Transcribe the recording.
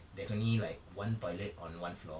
there's only like one toilet on one floor